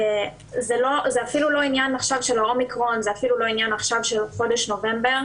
זה אפילו לא עניין של האומיקרון או של חודש נובמבר,